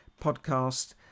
podcast